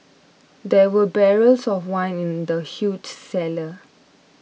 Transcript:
there were barrels of wine in the huge cellar